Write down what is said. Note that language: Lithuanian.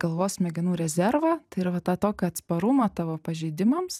galvos smegenų rezervą tai yra va tą tokį atsparumą tavo pažeidimams